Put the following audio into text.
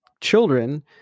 children